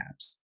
apps